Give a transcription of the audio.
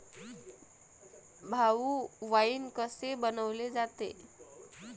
भाऊ, वाइन कसे बनवले जाते?